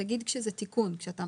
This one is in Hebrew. מה אתה משנה.